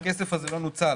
הכסף לא נוצל